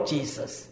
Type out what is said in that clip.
Jesus